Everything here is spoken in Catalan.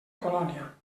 colònia